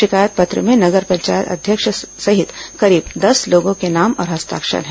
शिकायत पत्र में नगर पंचायत अध्यक्ष सहित करीब दस लोगों के नाम और हस्ताक्षर हैं